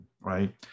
right